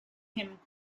him